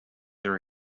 are